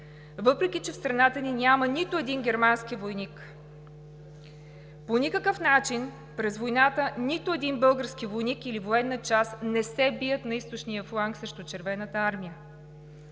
Въпреки че в страната ни няма нито един германски войник, по никакъв начин през войната нито един български войник или военна част не се бият на Източния фланг срещу Червената армия